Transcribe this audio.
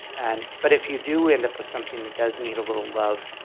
and but if you do end up with something that does need a little love,